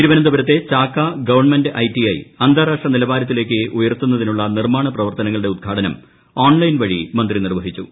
തിരുവനന്തപുരത്തെ അന്താരാഷ്ട്രാ നിലവാരത്തിലേക്ക് ഉയർത്തുന്നതിനുള്ള നിർമാണ പ്രവർത്തനങ്ങളുടെ ഉദ്ഘാടനം ഓൺലൈൻ വഴി മന്ത്രി നിർവ്വഹിച്ചു